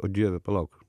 o dieve palauk